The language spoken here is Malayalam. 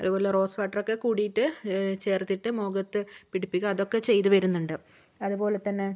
അതുപോലെ റോസ് വാട്ടറോക്കെ കൂടിയിട്ട് ചേർത്തിട്ട് മുഖത്ത് പിടിപ്പിക്കുക അതൊക്കെ ചെയ്ത് വരുന്നുണ്ട് അതുപോലെതന്നെ